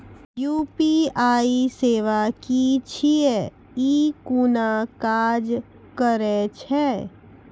UPI सेवा की छियै? ई कूना काज करै छै?